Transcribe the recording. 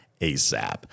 ASAP